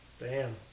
Bam